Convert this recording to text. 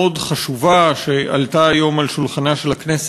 לבוא לוועדות ולהגיד שהפוליסות האלה לא שוות כלום,